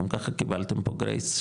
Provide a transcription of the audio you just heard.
גם ככה קיבלתם פה 'גרייס',